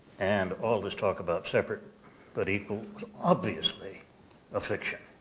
and all this talk about separate but equal was obviously a fiction.